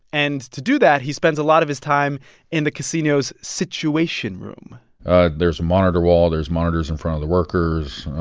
and to do that, he spends a lot of his time in the casino's situation room there's a monitor wall. there's monitors in front of the workers.